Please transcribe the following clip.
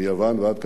מיוון ועד קפריסין,